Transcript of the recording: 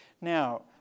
Now